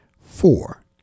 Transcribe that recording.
four